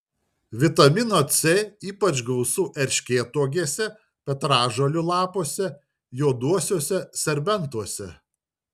vitamino c ypač gausu erškėtuogėse petražolių lapuose juoduosiuose serbentuose